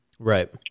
Right